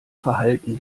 verhalten